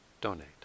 donate